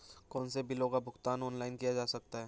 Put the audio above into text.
कौनसे बिलों का भुगतान ऑनलाइन किया जा सकता है?